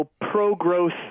pro-growth